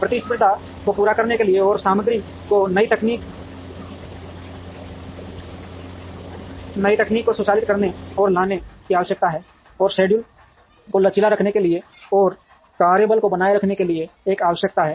प्रतिस्पर्धा को पूरा करने के लिए और सामग्री में नई तकनीक को स्वचालित करने और लाने की भी आवश्यकता है और शेड्यूल को लचीला रखने के लिए और कार्य बल को बनाए रखने के लिए एक आवश्यकता है